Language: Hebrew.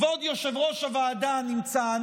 כבוד יושב-ראש הוועדה נמצא,